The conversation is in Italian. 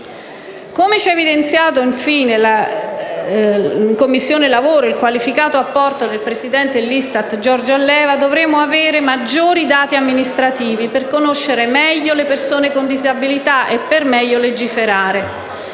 come ci ha evidenziato in Commissione lavoro il qualificato apporto del presidente dell'ISTAT Giorgio Alleva, dovremmo avere maggiori dati amministrativi per conoscere meglio le persone con disabilità e per meglio legiferare.